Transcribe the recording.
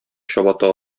чабата